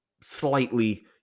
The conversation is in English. slightly